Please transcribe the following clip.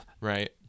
Right